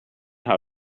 how